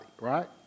right